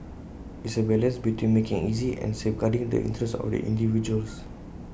it's A balance between making easy and safeguarding the interests of the individuals